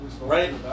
right